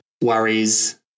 worries